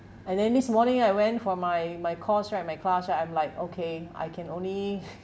and then this morning I went for my my course right my class right I'm like okay I can only